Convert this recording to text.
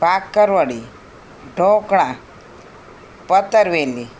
bhakarwadi dhokla patarveli